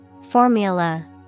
Formula